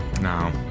No